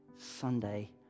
Sunday